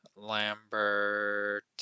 Lambert